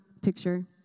picture